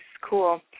cool